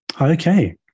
Okay